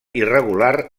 irregular